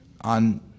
on